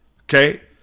Okay